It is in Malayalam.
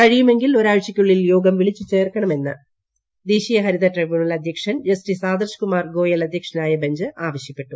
കഴിയുമെങ്കിൽ ഒരാഴ്ചയ്ക്കുള്ളിൽ യോഗം വിളിച്ച് ചേർക്കണമെന്ന് ദേശീയ ഹരിത ട്രൈബ്യൂണൽ അദ്ധ്യക്ഷൻ ജസ്റ്റിസ് ആദർശ് കുമാർ ഗോയൽ അധ്യക്ഷനായ ബെഞ്ച് ആവശ്യപ്പെട്ടു